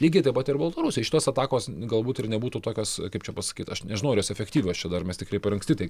lygiai taip pat ir baltarusija šitos atakos galbūt ir nebūtų tokios kaip čia pasakyt aš nežinau ar jos efektyvios čia dar mes tikrai per anksti tai